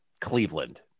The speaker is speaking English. Cleveland